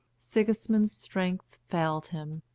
sigismund's strength failed him,